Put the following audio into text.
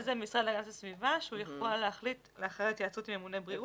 משרד להגנת הסביבה שהוא יכול להחליט לאחר התייעצות עם ממונה בריאות